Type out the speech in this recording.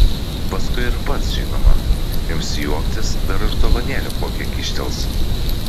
paskui ir pats žinoma ims juoktis dar ir dovanėlę kokią kyštels